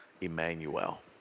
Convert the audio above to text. Emmanuel